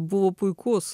buvo puikus